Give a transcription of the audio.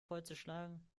vollzuschlagen